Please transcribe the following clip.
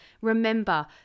Remember